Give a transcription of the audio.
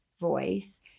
voice